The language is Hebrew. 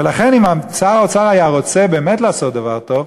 ולכן, אם שר האוצר היה רוצה באמת לעשות דבר טוב,